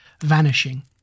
vanishing